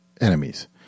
enemies